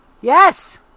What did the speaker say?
Yes